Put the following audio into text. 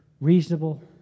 reasonable